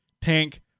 Tank